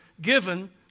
given